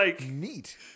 neat